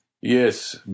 Yes